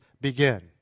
begin